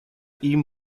ihm